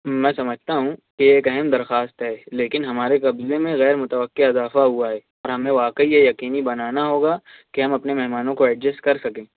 میں سمجھتا ہوں کہ یہ ایک اہم درخواست ہے لیکن ہمارے قبضے میں غیر متوقع اضافہ ہوا ہے اور ہمیں واقعی یہ یقینی بنانا ہوگا کہ ہم اپنے مہمانوں کو ایڈجسٹ کر سکیں